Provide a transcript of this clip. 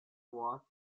was